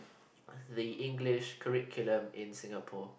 the English curriculum in Singapore